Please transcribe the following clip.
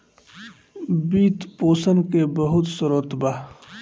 वित्त पोषण के बहुते स्रोत बा